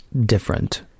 different